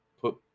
Put